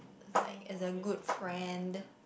like as a good friend